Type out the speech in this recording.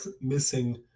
missing